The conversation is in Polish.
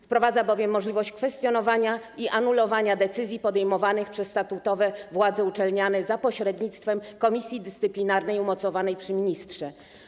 Wprowadza się bowiem możliwość kwestionowania i anulowania decyzji podejmowanych przez statutowe władze uczelniane za pośrednictwem komisji dyscyplinarnej umocowanej przy ministrze.